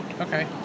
Okay